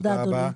תודה רבה.